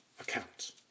accounts